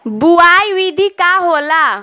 बुआई विधि का होला?